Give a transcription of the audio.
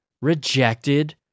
rejected